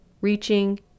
reaching